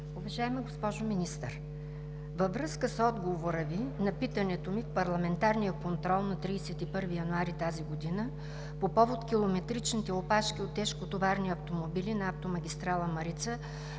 Уважаема госпожо Министър! Във връзка с отговора Ви на питането ми в парламентарния контрол на 31 януари тази година по повод километричните опашки от тежкотоварни автомобили на автомагистрала „Марица“